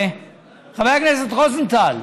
חבר הכנסת רוזנטל,